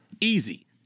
easy